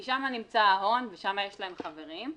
כי שם נמצא ההון ושם יש להם חברים.